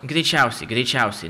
greičiausiai greičiausiai